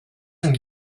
and